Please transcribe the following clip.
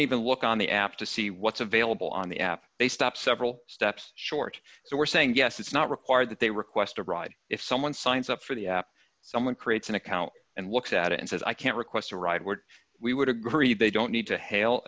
even look on the app to see what's available on the app they stop several steps short so we're saying yes it's not required that they request a ride if someone signs up for the app someone creates an account and looks at it and says i can't request a ride where we would agree they don't need to hail